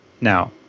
Now